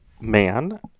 man